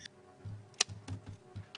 שלום